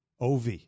OV